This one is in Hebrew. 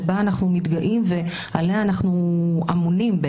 שבה אנחנו מתגאים ועליה אנחנו אמונים.